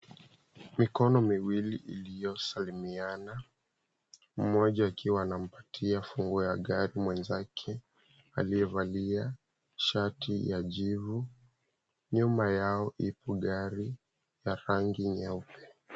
Mikono miwili iliyo salimiana, mmoja akiwa anampatia funguo ya gari mwenzake aliyevalia shati ya jivu. Nyuma yao ipo gari ya rangi nyeupe.